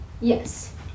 Yes